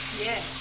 Yes